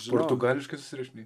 portugališkai susirašinėji